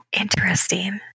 Interesting